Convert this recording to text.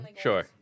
Sure